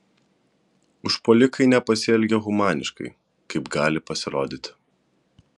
užpuolikai nepasielgė humaniškai kaip gali pasirodyti